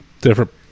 different